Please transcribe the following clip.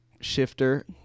shifter